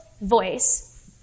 Voice